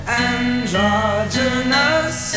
androgynous